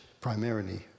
primarily